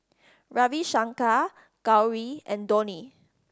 Ravi Shankar Gauri and Dhoni